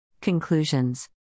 Conclusions